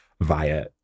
via